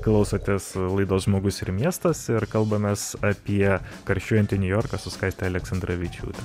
klausotės laidos žmogus ir miestas ir kalbamės apie karščiuojantį niujorką su skaiste aleksandravičiūte